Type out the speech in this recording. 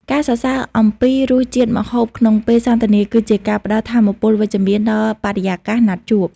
ការសរសើរអំពីរសជាតិម្ហូបក្នុងពេលសន្ទនា គឺជាការផ្ដល់ថាមពលវិជ្ជមានដល់បរិយាកាសណាត់ជួប។